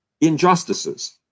injustices